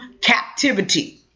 captivity